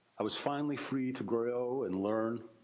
i was finally free to grow and learn.